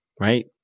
right